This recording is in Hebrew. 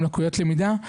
עם לקויות למידה,